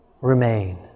remain